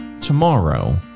Tomorrow